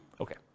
Okay